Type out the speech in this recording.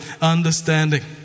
understanding